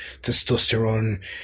testosterone